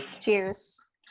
Cheers